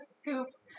scoops